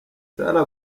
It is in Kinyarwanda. salah